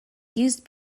used